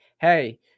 Hey